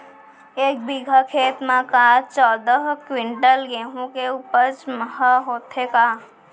एक बीघा खेत म का चौदह क्विंटल गेहूँ के उपज ह होथे का?